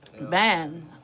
Man